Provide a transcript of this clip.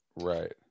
Right